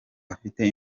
afite